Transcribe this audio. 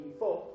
four